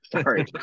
Sorry